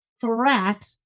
threat